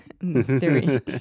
Mystery